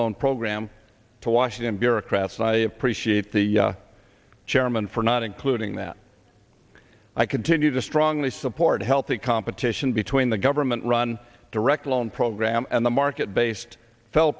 loan program to washington bureaucrats i appreciate the chairman for not including that i continue to strongly support a healthy competition between the government run direct loan program and the market based fell